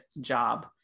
job